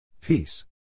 Peace